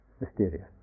mysterious